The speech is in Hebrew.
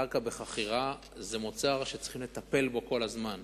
קרקע בחכירה היא מוצר שצריכים לטפל בו כל הזמן.